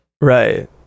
Right